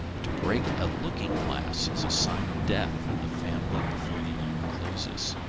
to break a looking-glass is a sign of death in the family before the year closes.